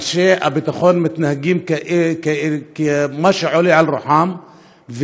אנשי הביטחון מתנהגים כמו שעולה על רוחם,